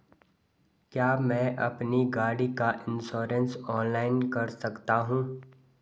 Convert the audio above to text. क्या मैं अपनी गाड़ी का इन्श्योरेंस ऑनलाइन कर सकता हूँ?